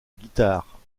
guitare